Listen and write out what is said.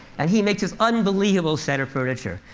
and he makes this unbelievable set of furniture.